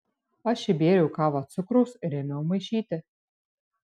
aš įbėriau į kavą cukraus ir ėmiau maišyti